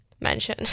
mention